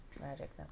Magic